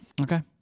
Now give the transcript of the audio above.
Okay